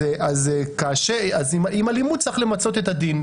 אז עם אלימות צריך למצות את הדין,